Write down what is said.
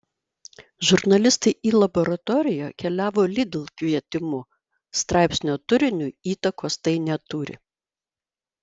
žurnalistai į laboratoriją keliavo lidl kvietimu straipsnio turiniui įtakos tai neturi